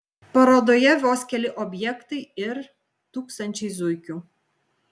parodoje vos keli objektai ir tūkstančiai zuikių